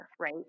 right